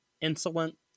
insolent